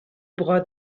bras